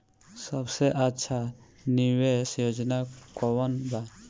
सबसे अच्छा निवेस योजना कोवन बा?